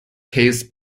takes